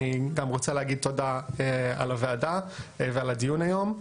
אני גם רוצה להגיד תודה על הוועדה ועל הדיון היום.